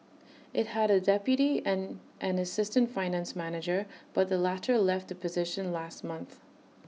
IT had A deputy and an assistant finance manager but the latter left the position last month